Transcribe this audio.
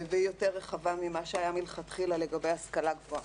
והיא יותר רחבה ממה שהיה מלכתחילה לגבי השכלה גבוהה.